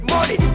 Money